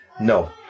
no